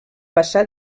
passà